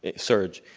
and surge.